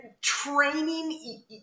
training